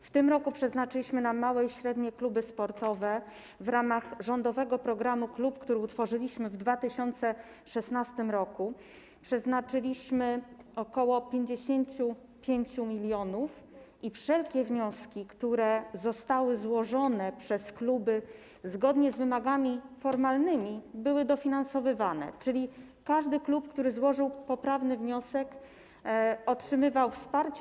W tym roku przeznaczyliśmy na małe i średnie kluby sportowe w ramach rządowego programu „Klub”, który utworzyliśmy w 2016 r., ok. 55 mln i wszelkie wnioski, które zostały złożone przez kluby zgodnie z wymogami formalnymi, były dofinansowywane, czyli każdy klub, który złożył poprawny wniosek, otrzymywał wsparcie.